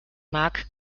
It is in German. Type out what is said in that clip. mag